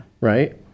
Right